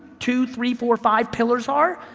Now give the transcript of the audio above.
two, three, four, five pillars are,